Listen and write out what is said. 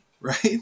right